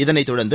இதனைத் தொடர்ந்து